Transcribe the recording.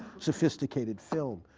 sophisticated film.